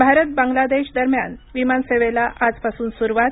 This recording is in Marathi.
भारत बांगलादेश दरम्यान विमानसेवेला आजपासून सुरुवात